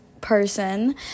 person